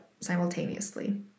simultaneously